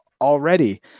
already